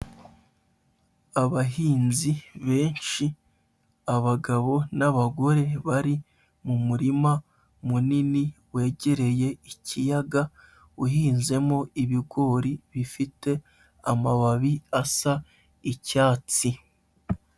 Abahinzi benshi, abagabo n'abagore bari mu murima munini wegereye ikiyaga, uhinzemo ibigori bifite amababi asa icyatsi.